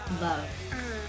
love